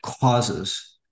causes